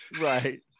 Right